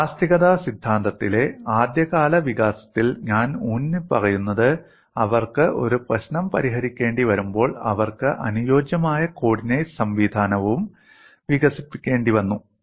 ഇലാസ്തികത സിദ്ധാന്തത്തിന്റെ ആദ്യകാല വികാസത്തിൽ ഞാൻ ഊന്നിപ്പറയുന്നത് അവർക്ക് ഒരു പ്രശ്നം പരിഹരിക്കേണ്ടിവരുമ്പോൾ അവർക്ക് അനുയോജ്യമായ കോർഡിനേറ്റ് സംവിധാനവും വികസിപ്പിക്കേണ്ടിവന്നു